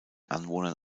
anwohnern